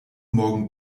morgen